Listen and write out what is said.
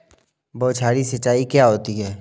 बौछारी सिंचाई क्या होती है?